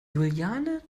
juliane